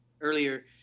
earlier